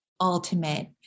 ultimate